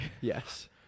yes